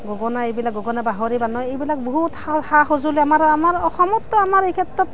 গগনা এইবিলাক গগনা বাঁহৰে বনায় এইবিলাক বহুত সা সা সঁজুলি আমাৰ আমাৰ অসমততো আমাৰ এই ক্ষেত্ৰত